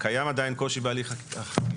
קיים עדיין קושי בהליך החקיקה.